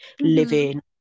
living